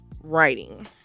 writing